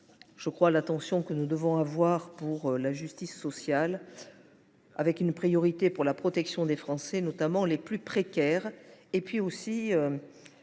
le crois, l’attention que nous devons porter à la justice sociale, avec une priorité accordée à la protection des Français, notamment des plus précaires. Il s’agit